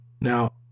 now